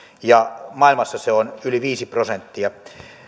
ja maailmassa se on yli viisi prosenttia